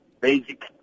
basic